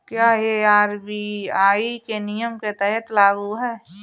क्या यह आर.बी.आई के नियम के तहत लागू है?